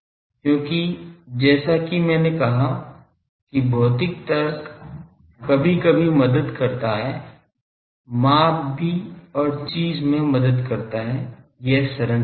क्योंकि जैसा कि मैंने कहा कि भौतिक तर्क कभी कभी मदद करता है माप भी ओर चीज में मदद करता है यह संरचना है